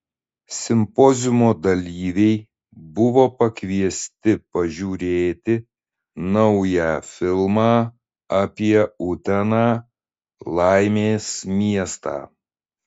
simpoziumo dalyviai buvo pakviesti pažiūrėti naują filmą apie uteną laimės miestą